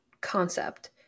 concept